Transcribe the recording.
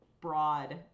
broad